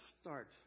start